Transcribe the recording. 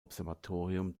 observatorium